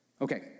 Okay